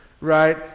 right